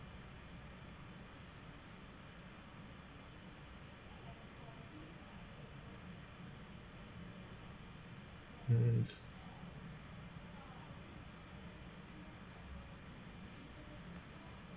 hmm